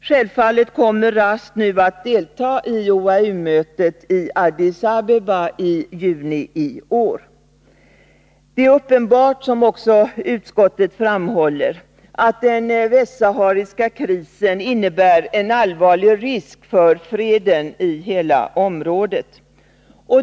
Självfallet kommer RASD nu att delta i OAU-mötet i Addis Abeba i juni i år. Det är uppenbart — som också utskottet framhåller — att den västsahariska krisen innebär en allvarlig risk för freden i hela området.